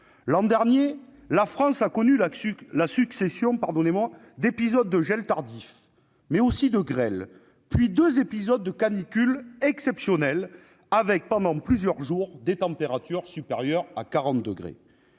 L'an dernier la France a connu une succession d'épisodes de gel tardif, mais aussi de grêle, puis deux épisodes de canicule exceptionnels avec, pendant plusieurs jours, des températures supérieures à 40 degrés.